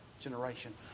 generation